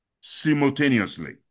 simultaneously